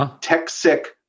Tech-sick